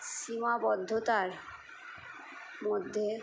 সীমাবদ্ধতার মধ্যে